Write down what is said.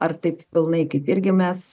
ar taip pilnai kaip irgi mes